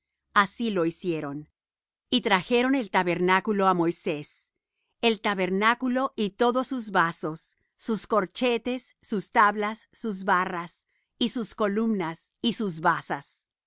así lo hicieron y trajeron el tabernáculo á moisés el tabernáculo y todos sus vasos sus corchetes sus tablas sus barras y sus columnas y sus basas